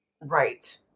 Right